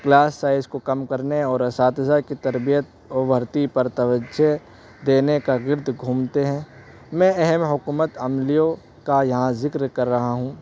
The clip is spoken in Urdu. کلاس سائز کو کم کرنے اور اساتذہ کی تربیت ورتی پر توجہ دینے کا گرد گھومتے ہیں میں اہم حکومت عملیوں کا یہاں ذکر کر رہا ہوں